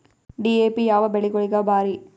DAP ಯಾವ ಬೆಳಿಗೊಳಿಗ ಭಾರಿ?